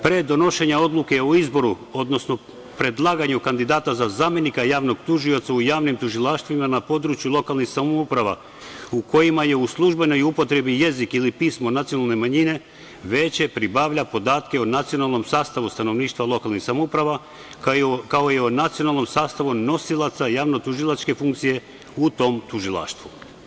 Pre donošenja odluke o izboru, odnosno predlaganju kandidata za zamenika javnog tužioca u javnim tužilaštvima na području lokalnih samouprava u kojima je u službenoj upotrebi jezik ili pismo nacionalne manjine, veće pribavlja podatke o nacionalnom sastavu stanovništva lokalnih samouprava, kao i o nacionalnom sastavu nosilaca javnotužilačke funkcije u tom tužilaštvu.